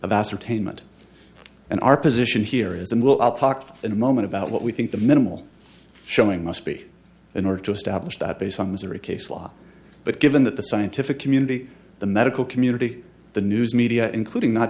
of ascertainment and our position here is and we'll all talk in a moment about what we think the minimal showing must be in order to establish that based on misery case law but given that the scientific community the medical community the news media including not